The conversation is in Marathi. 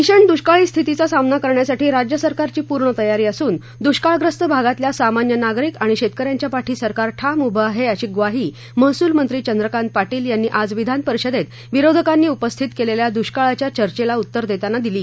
भीषण दुष्काळी स्थितीचा सामना करण्यासाठी राज्य सरकारची पूर्ण तयारी असून दुष्काळग्रस्त भागातल्या सामान्य नागरिक आणि शेतक यांच्या पाठी सरकार ठाम उभं आहे अशी य्वाही महसूल मंत्री चंद्रकांत पाटील यांनी आज विधानपरिषदेत विरोधकांनी उपस्थित केलेल्या दुष्काळाच्या चर्चेला उत्तर देताना दिली